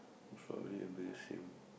probably will be the same